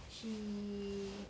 she